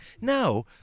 Now